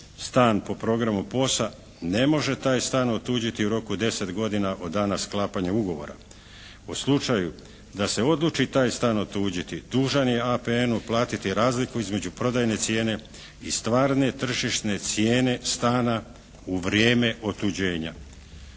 stan po programu POS-a ne može taj stan otuđiti u roku od 10 godina od dana sklapanja ugovora. U slučaju da se odluči taj stan otuđiti dužan je APN-u platiti razliku između prodajne cijene i stvarne tržišne cijene stana u vrijeme otuđenja.